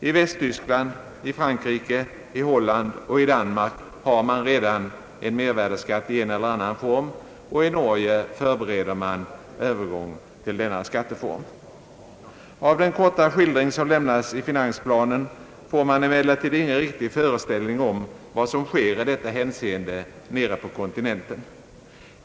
I Västtyskland, Frankrike, Holland och Danmark har man redan mervärdeskatt i en eller annan form och i Norge förbereder man övergång till denna skatteform. Av den korta skildring som lämnats i finansplanen får man emellertid ingen riktig föreställning om vad som sker i detta hänseende nere på kontinenten.